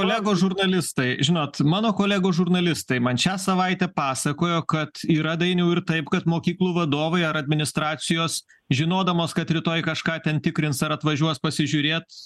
kolegos žurnalistai žinot mano kolegos žurnalistai man šią savaitę pasakojo kad yra dainiau ir taip kad mokyklų vadovai ar administracijos žinodamos kad rytoj kažką ten tikrins ar atvažiuos pasižiūrėt